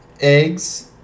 eggs